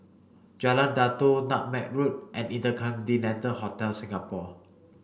Jalan Datoh Nutmeg Road and InterContinental Hotel Singapore